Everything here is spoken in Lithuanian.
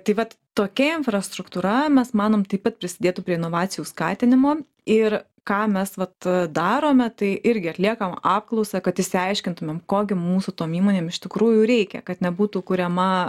tai vat tokia infrastruktūra mes manom taip pat prisidėtų prie inovacijų skatinimo ir ką mes vat darome tai irgi atliekam apklausą kad išsiaiškintumėm ko gi mūsų tom įmonėm iš tikrųjų reikia kad nebūtų kuriama